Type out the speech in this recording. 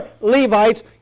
Levites